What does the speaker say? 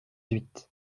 huit